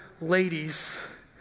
ladies